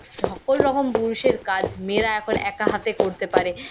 সকল রকম পুরুষের কাজ মেয়েরা এখন একা হাতে করতে পারে